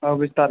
Vistara